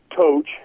coach